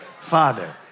father